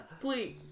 please